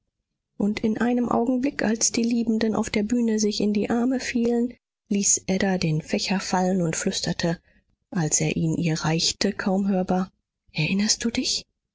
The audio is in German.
und in einem augenblick als die liebenden auf der bühne sich in die arme fielen ließ ada den fächer fallen und flüsterte als er ihn ihr reichte kaum hörbar erinnerst du dich